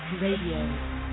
Radio